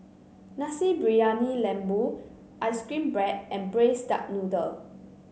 Nasi Briyani Lembu ice cream bread and Braised Duck Noodle